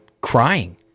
crying